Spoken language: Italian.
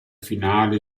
finale